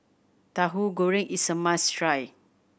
Tahu Goreng is a must try